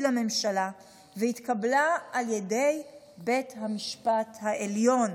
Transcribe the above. לממשלה והתקבלה על ידי בית המשפט העליון.